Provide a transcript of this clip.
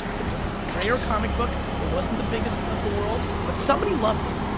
it was a rare comic book. it wasn't the biggest of the world, but somebody loved it.